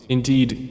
Indeed